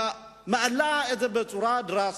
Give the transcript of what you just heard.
מעלה את בצורה דרסטית.